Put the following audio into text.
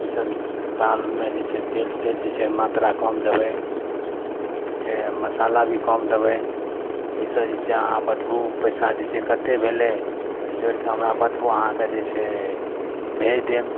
ईसब दालिमे जे छै तेलके जे छै मात्रा कम देबै आ जे छै मसाला भी कम देबै ईसब जे छै अहाँ बतबू पैसा जे छै कते भेलै तऽ जोड़िके हमरा बतबू अहाँके जे छै भेज देब